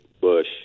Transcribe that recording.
bush